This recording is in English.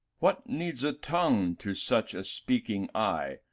what needs a tongue to such a speaking eye,